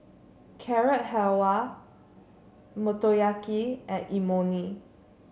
Carrot Halwa Motoyaki and Imoni